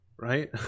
right